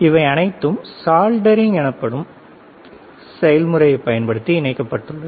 இவை அனைத்தும் சாலிடரிங் எனப்படும் செயல்முறையைப் பயன்படுத்தி இணைக்கப்பட்டுள்ளது